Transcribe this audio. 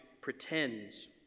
pretends